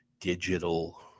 digital